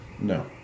No